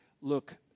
look